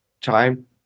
time